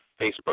Facebook